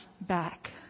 back